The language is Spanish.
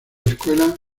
escuela